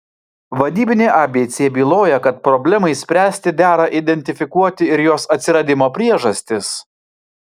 vadybinė abc byloja kad problemai spręsti dera identifikuoti ir jos atsiradimo priežastis